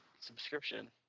subscription